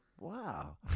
wow